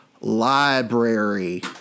library